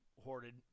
hoarded